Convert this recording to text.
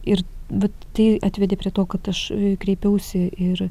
ir vat tai atvedė prie to kad aš kreipiausi ir